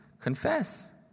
Confess